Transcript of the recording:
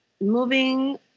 moving